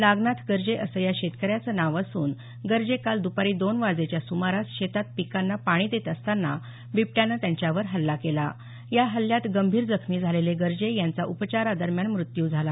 नागनाथ गर्जे असं या शेतकऱ्याचं नाव असून गर्जे काल दुपारी दोन वाजेच्या सुमारास शेतात पिकांना पाणी देत असतांना बिबट्यानं त्यांच्यावर हल्ला केला या हल्ल्यात गंभीर जखमी झालेले गर्जे यांचा उपचारादरम्यान मृत्यू झाला